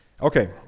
Okay